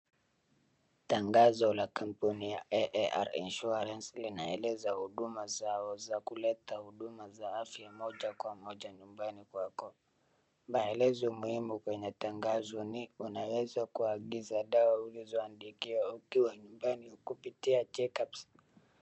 Tangazo la kampuni ya AAR Insurance linaeleza huduma za kuleta huduma za afya moja kwa moja nyumbani kwako. Maelezo muhimu inatangazwa ni unaweza kuagiza dawa ulizoandikiwa ukiwa nyumbani kupitia checkups .